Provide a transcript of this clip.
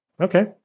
Okay